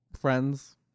friends